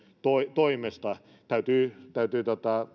toimesta täytyy täytyy